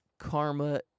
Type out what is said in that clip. Karma